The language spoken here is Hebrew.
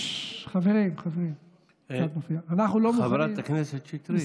חברת הכנסת שטרית.